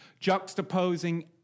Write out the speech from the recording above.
juxtaposing